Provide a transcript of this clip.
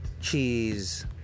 cheese